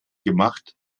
gemacht